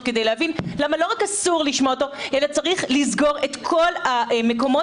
כדי להבין למה לא רק אסור לשמוע אותו אלא צריך לסגור את כל המקומות,